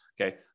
okay